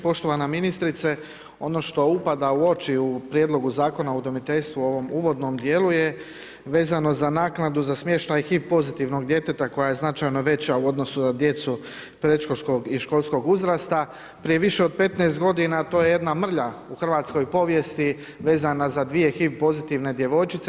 Poštovana ministrice, ono što upada u oči u Prijedlogu Zakona o udomiteljstvu u ovom uvodnom dijelu je vezano za naknadu za smještaj HIV pozitivnog djeteta koja je značajno veća u odnosu na djecu predškolskog i školskog uzrasta, prije više od 15 godina to je jedna mrlja u hrvatskoj povijesti vezano za dvije HIV pozitivne djevojčice.